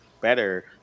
better